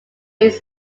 its